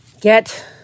get